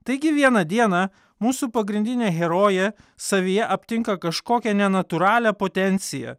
taigi vieną dieną mūsų pagrindinė herojė savyje aptinka kažkokią nenatūralią potenciją